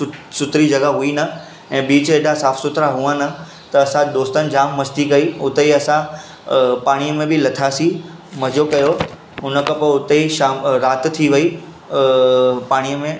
सुथरी जॻा हुई न ऐं बिच एतिरा साफ़ु सुथिरा हुआ न त असां दोस्तनि जामु मस्ती कई उते ई असां पाणीअ में बि लथासीं मज़ो कयो उनखां पोइ उते ई शाम रात थी वई अ पाणीअ में